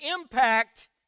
impact